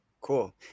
Cool